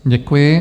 Děkuji.